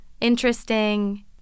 interesting